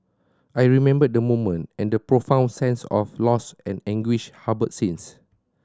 I remember the moment and the profound sense of loss and anguish harboured since